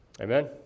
Amen